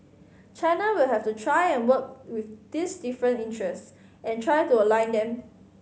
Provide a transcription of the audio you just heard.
China will have to try and work with these different interests and try to align them